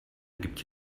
gibt